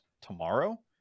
tomorrow